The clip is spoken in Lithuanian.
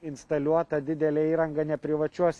instaliuota didelė įranga neprivačiuos